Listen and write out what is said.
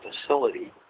facility